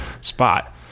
spot